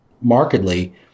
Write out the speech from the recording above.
markedly